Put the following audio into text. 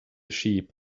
sheep